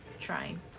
trying